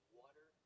water